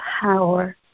power